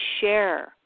share